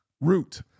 Root